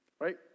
right